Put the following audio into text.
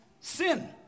sin